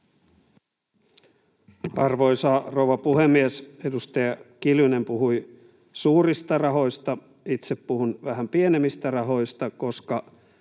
Arvoisa rouva puhemies! Edustaja Kiljunen puhui suurista rahoista. Itse puhun vähän pienemmistä rahoista, koska